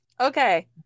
Okay